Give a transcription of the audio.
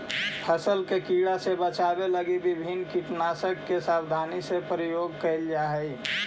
फसल के कीड़ा से बचावे लगी विभिन्न कीटनाशक के सावधानी से प्रयोग कैल जा हइ